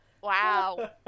Wow